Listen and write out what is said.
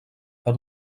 per